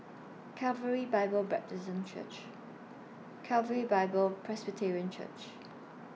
Calvary Bible Presbyterian Church Calvary Bible Presterian Church